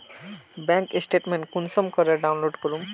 Bank statement कुंसम करे download करूम?